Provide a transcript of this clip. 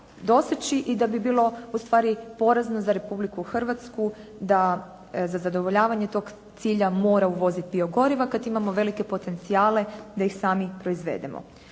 i da bi bilo ustvari porazno za Republiku Hrvatsku da za zadovoljavanje tog cilja mora uvoziti biogoriva kad imamo velike potencijale da ih sami proizvedemo